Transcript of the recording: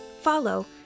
follow